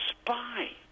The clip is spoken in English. spy